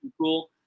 cool